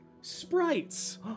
sprites